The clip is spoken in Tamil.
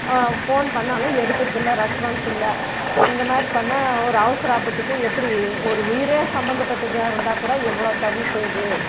ஃபோன் பண்ணாலும் எடுக்கிறது இல்லை ரெஸ்பான்ஸ் இல்லை இந்தமாதிரி பண்ணால் ஒரு அவசர ஆபத்துக்கு எப்படி ஒரு உயிரே சம்மந்தப்பட்டதாக இருந்தாக்கூட எவ்வளோ தவிப்பு இது